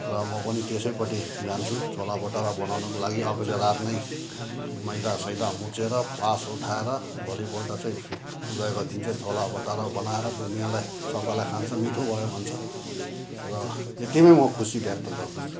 र म पनि त्यसैपट्टि जान्छु छोला बटोरा बनाउनुको लागि अघिल्लो रात नै मैदा सैदा मुछेर पास उठाएर भोलिपल्ट चाहिँ पूजाको दिन चाहिँ छोला बटोरा बनाएर दुनियाँलाई सबैले खान्छ मिठो भयो भन्छ र यति नै म खुसी व्यक्त गर्दछु